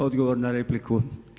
Odgovor na repliku.